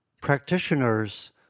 practitioners